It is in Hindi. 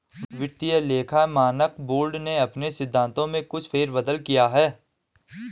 वित्तीय लेखा मानक बोर्ड ने अपने सिद्धांतों में कुछ फेर बदल किया है